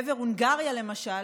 לעבר הונגריה למשל,